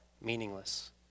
meaningless